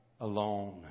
alone